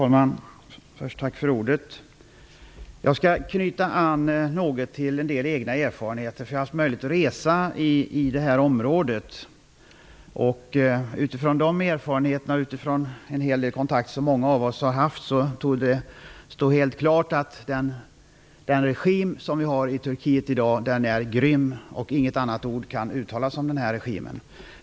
Herr talman! Först vill jag tacka för ordet. Jag har haft möjlighet att resa i det här området, och vill därför knyta an till en del egna erfarenheter. Utifrån de erfarenheterna och utifrån en hel del kontakter, som många av oss har haft, torde det stå helt klart att den regim som finns i Turkiet i dag är grym, och inget annat ord kan beskriva den.